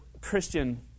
Christian